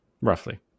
roughly